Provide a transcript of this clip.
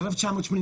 ב-1984,